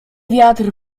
wiatr